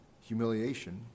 humiliation